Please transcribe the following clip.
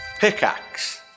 Pickaxe